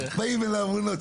באים אליו ואומרים לו.